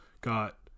got